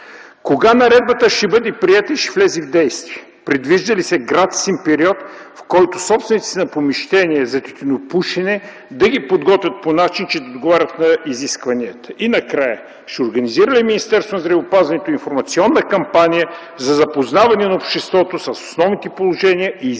Кога наредбата ще бъде приета и ще влезе в действие? Предвижда ли се гратисен период, в който собствениците на помещения за тютюнопушене да ги подготвят по начин, че да отговарят на изискванията? И накрая, ще организира ли Министерството на здравеопазването информационна кампания за запознаване на обществото с основните положения и изисквания